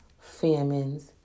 famines